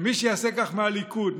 מי שיעשה כך מהליכוד,